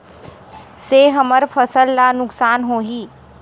से हमर फसल ला नुकसान होही?